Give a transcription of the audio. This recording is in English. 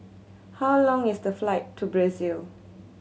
how long is the flight to Brazil